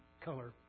color